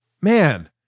Man